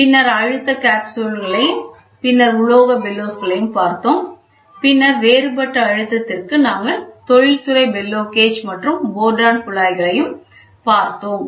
பின்னர் அழுத்தம் காப்ஸ்யூல்களையும் பின்னர் உலோகத் பெல்லோஸ் களையும் பார்த்தோம் பின்னர் வேறுபட்ட அழுத்தத்திற்கு நாங்கள் தொழில்துறை பெல்லோ கேஜ் மற்றும் போர்டன்களையும் குழாய்களை பார்த்தோம்